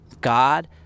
God